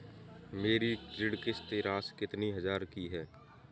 मेरी ऋण किश्त राशि कितनी हजार की है?